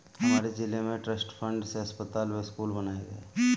हमारे जिले में ट्रस्ट फंड से अस्पताल व स्कूल बनाए गए